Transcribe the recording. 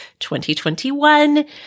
2021